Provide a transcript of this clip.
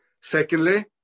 Secondly